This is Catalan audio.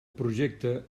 projecte